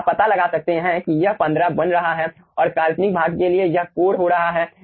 तो आप पता लगा सकते हैं कि यह 15 बन रहा है और काल्पनिक भाग के लिए यह 12 हो रहा है